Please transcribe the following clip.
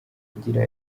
agira